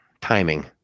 timing